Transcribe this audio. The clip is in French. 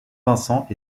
vincent